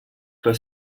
però